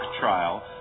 trial